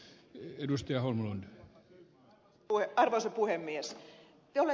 te olette aivan oikeassa